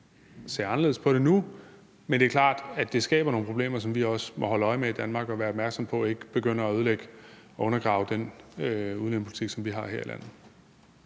man ser anderledes på det nu, men det er klart, at det skaber nogle problemer, som vi også må holde øje med i Danmark og være opmærksom på ikke begynder at ødelægge og undergrave den udlændingepolitik, som vi har her i landet.